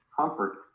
Comfort